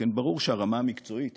שכן ברור שהרמה המקצועית